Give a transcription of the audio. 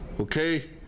okay